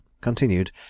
continued